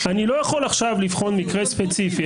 אני לא יכול עכשיו לבחון מקרה ספציפי.